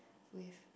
with